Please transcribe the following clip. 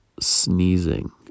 sneezing